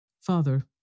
Father